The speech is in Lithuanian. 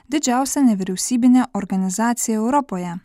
didžiausia nevyriausybinė organizacija europoje